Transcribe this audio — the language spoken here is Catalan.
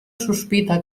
sospita